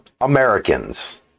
Americans